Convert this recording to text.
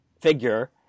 figure